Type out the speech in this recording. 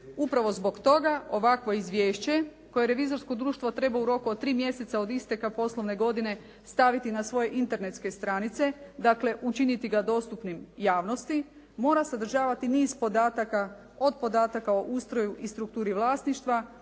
Upravo zbog toga ovakvo izvješće koje revizorsko društvo treba u roku od tri mjeseca od isteka poslovne godine staviti na svoje internetske stranice, dakle učiniti ga dostupnim javnosti mora sadržavati niz podataka od podataka o ustroju i strukturi vlasništva,